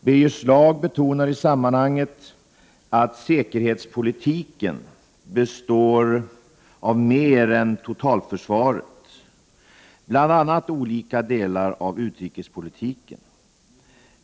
Birger Schlaug betonar i sammanhanget att säkerhetspolitiken består av mer än totalförsvaret, bl.a. olika delar av utrikespolitiken.